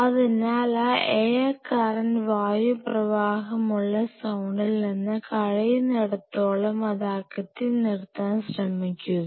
അതിനാൽ ആ air current വായു പ്രവാഹമുള്ള സോണിൽ നിന്ന് കഴിയുന്നിടത്തോളം അത് അകറ്റി നിർത്താൻ ശ്രമിക്കുക